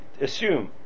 assume